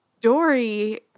Dory